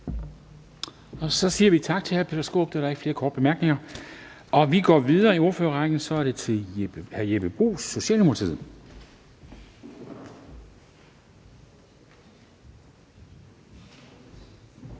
tak til hr. Peter Skaarup, da der ikke flere korte bemærkninger. Og vi går videre i ordførerrækken til hr. Jeppe Bruus, Socialdemokratiet.